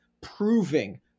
proving